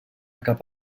cap